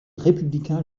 républicain